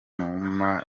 numa